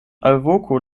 alvoku